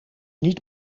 niet